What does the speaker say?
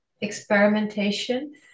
experimentation